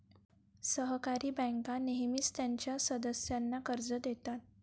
सहकारी बँका नेहमीच त्यांच्या सदस्यांना कर्ज देतात